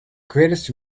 greatest